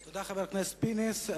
תודה, חבר הכנסת פינס.